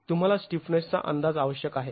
तुम्हाला स्टीफनेसचा अंदाज आवश्यक आहे